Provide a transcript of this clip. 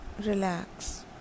relax